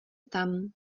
tam